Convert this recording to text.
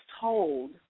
told